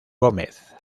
gómez